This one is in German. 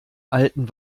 alten